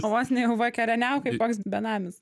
vos ne jau vakarieniauk kaip koks benamis